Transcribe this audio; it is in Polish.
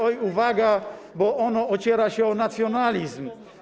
Oj, uwaga, bo ono ociera się o nacjonalizm.